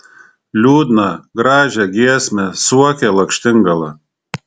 liūdną gražią giesmę suokė lakštingala